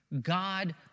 God